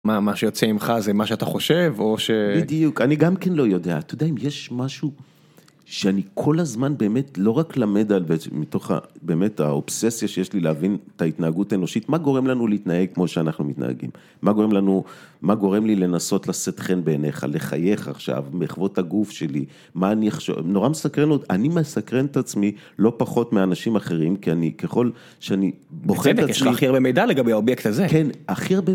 מה, מה שיוצא ממך זה מה שאתה חושב, או ש... בדיוק, אני גם כן לא יודע. אתה יודע, אם יש משהו שאני כל הזמן באמת, לא רק למד על זה, מתוך באמת האובססיה שיש לי להבין את ההתנהגות האנושית, מה גורם לנו להתנהג כמו שאנחנו מתנהגים? מה גורם לנו... מה גורם לי לנסות לשאת חן בעיניך, לחייך עכשיו, מכבד את הגוף שלי? מה אני אחשוב? נורא מסקרן, אני מסקרן את עצמי, לא פחות מאנשים אחרים, כי אני, ככל שאני בוחן את עצמך... יש לך הכי הרבה מידע לגבי האובייקט הזה. כן, הכי הרבה מידע.